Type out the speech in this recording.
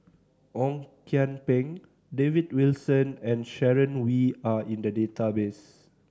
Ong Kian Peng David Wilson and Sharon Wee are in the database